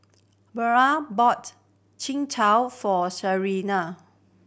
Beula bought for Shianne